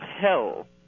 Hell